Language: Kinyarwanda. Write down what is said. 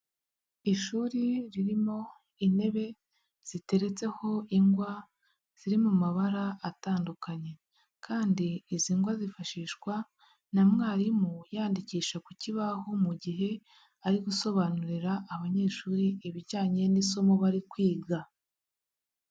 Ishuri ririmo intebe ziteretseho ingwa ziri mu mabara atandukanye kandi izi ngwa zifashishwa na mwarimu yandikisha ku kibaho mu gihe ari gusobanurira abanyeshuri ibijyanye n'isomo bari kwiga.